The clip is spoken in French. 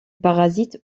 parasite